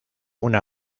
una